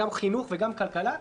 גם חינוך וגם כלכלה,